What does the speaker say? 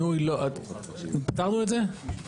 פתרנו את זה?